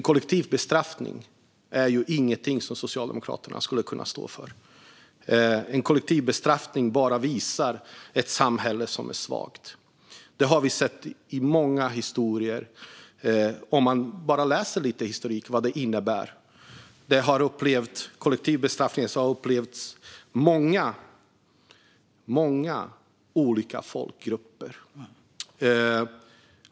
Kollektiv bestraffning är ingenting som Socialdemokraterna skulle kunna stå för. Kollektiv bestraffning visar på ett samhälle som är svagt. Det har man sett historiskt. Man kan läsa mycket om vad kollektiv bestraffning innebär, för det har upplevts av många olika folkgrupper.